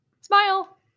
smile